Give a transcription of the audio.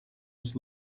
was